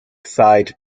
side